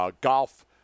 golf